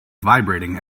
vibrating